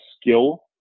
skill